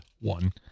one